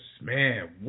man